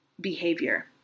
behavior